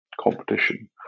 competition